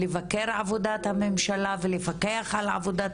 לבקר את עבודת הממשלה ולפקח על עבודת